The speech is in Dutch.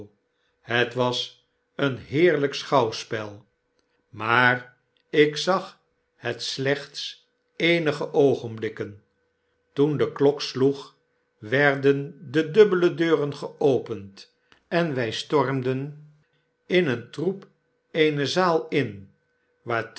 het was een heerlyk schouwspel maar mopes de kluizenaae ik zag het slechts eenige oogenblikken toen de klok sloeg werden de dubbele deuren geopend en wy stormden in een troep eene zaal in